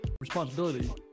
Responsibility